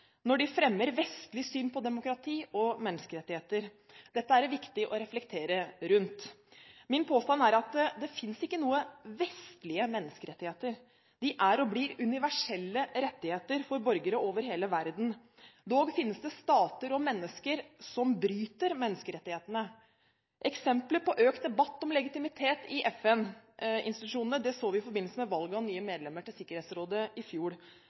når de fremmer vestlig syn på demokrati og menneskerettigheter. Dette er det viktig å reflektere rundt. Min påstand er at det finnes ingen vestlige menneskerettigheter – det er og blir universelle rettigheter for borgere over hele verden. Dog finnes det stater og mennesker som bryter menneskerettighetene. Et eksempel på økt debatt om legitimitet i FN-institusjonene så vi i forbindelse med valget av nye medlemmer til Sikkerhetsrådet i fjor.